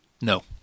No